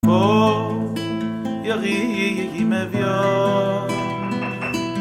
ירים אביון